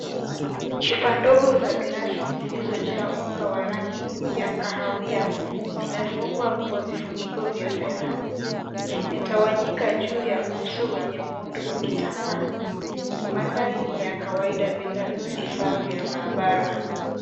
Chupa ndogo za glasi zilizojaa unga wa rangi ya kahawia zimefungwa kwa vifuniko vya fedha. Zimetawanyika juu ya uso wenye muundo wa kitambaa. Mandhari ni ya kawaida bila vifaa vya maabara.